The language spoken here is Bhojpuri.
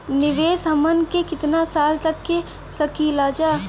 निवेश हमहन के कितना साल तक के सकीलाजा?